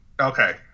Okay